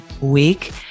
week